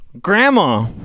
grandma